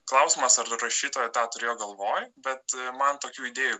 klausimas ar rašytoja tą turėjo galvoj bet man tokių idėjų